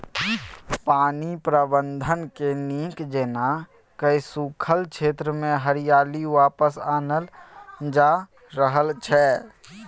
पानि प्रबंधनकेँ नीक जेना कए सूखल क्षेत्रमे हरियाली वापस आनल जा रहल छै